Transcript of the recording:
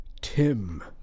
Tim